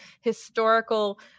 historical